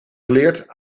geleerd